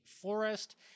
forest